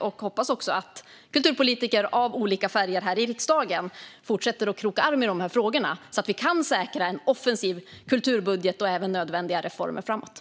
Jag hoppas att kulturpolitiker av olika färger här i riksdagen fortsätter att kroka arm i dessa frågor så att vi kan säkra en offensiv kulturbudget och även nödvändiga reformer framöver.